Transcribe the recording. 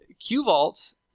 Qvault